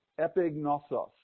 epignosos